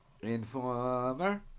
Informer